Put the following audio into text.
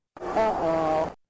Uh-oh